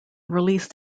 released